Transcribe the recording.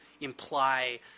imply